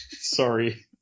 Sorry